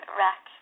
rack